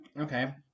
okay